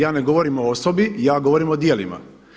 Je ne govorim o osobi, ja govorim o djelima.